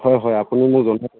হয় হয় আপুনি মোক জনা